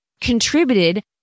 contributed